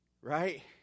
Right